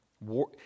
War